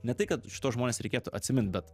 ne tai kad šituos žmones reikėtų atsimint bet